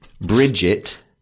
Bridget